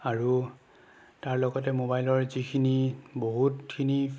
আৰু তাৰ লগতে মোবাইলৰ যিখিনি বহুতখিনি